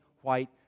white